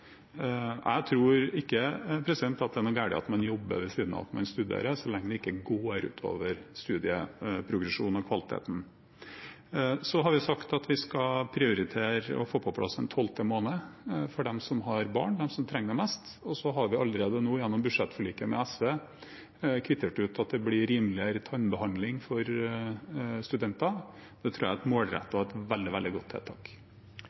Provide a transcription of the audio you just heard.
Jeg tror ikke at det er noe galt å jobbe ved siden av å studere, så lenge det ikke går utover studieprogresjonen og kvaliteten. Så har vi sagt at vi skal prioritere å få på plass en tolvte måned for dem som har barn, dem som trenger det mest. Så har vi allerede nå gjennom budsjettforliket med SV kvittert ut at det blir rimeligere tannbehandling for studenter. Det tror jeg er et målrettet og veldig godt tiltak.